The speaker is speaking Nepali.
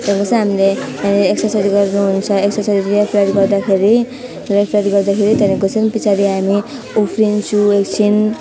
त्यहाँदेखिको चाहिँ हामीले त्यहाँनेर एक्सर्साइज गर्नु हुन्छ एक्सर्साइज लेफ्ट राइट गर्दाखेरि लेफ्ट राइट गर्दाखेरि त्यहाँदेखिको चाहिँ पछाडि हामी उफ्रिन्छु एकछिन्